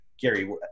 Gary